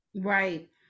Right